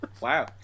Wow